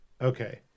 Okay